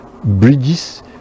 bridges